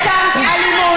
תהיה כאן אלימות.